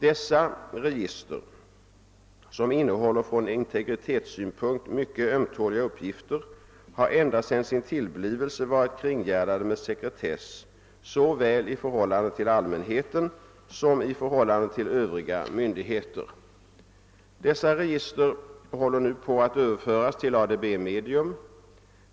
Dessa register, som innehåller från integritetssynpunkt mycket ömtåliga uppgifter, har ända sedan sin tillblivelse varit kringgärdade med sekretess såväl i förhållande till allmänheten som i förhållande till övriga myndigheter. Dessa register håller nu på att överföras till ADB-medium.